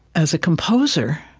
as a composer,